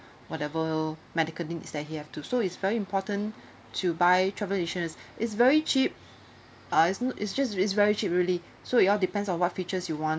whatever medical thing is that he have to so it's very important to buy travel insurance is very cheap uh it's it's just it's very cheap really so it all depends on what features you want